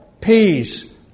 peace